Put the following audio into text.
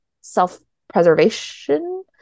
self-preservation